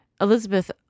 Elizabeth